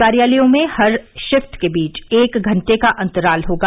कार्यालयों में हर शिफ्ट के बीच एक घंटे का अंतराल होगा